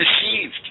deceived